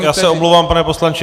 Já se omlouvám, pane poslanče.